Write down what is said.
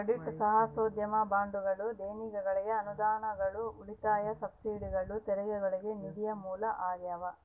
credit ಸಾಹಸೋದ್ಯಮ ಬಂಡವಾಳ ದೇಣಿಗೆಗಳು ಅನುದಾನಗಳು ಉಳಿತಾಯ ಸಬ್ಸಿಡಿಗಳು ತೆರಿಗೆಗಳು ನಿಧಿಯ ಮೂಲ ಆಗ್ಯಾವ